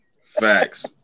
facts